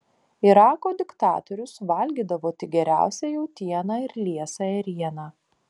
irako diktatorius valgydavo tik geriausią jautieną ir liesą ėrieną